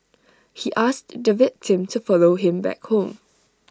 he asked the victim to follow him back home